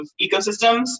ecosystems